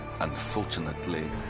Unfortunately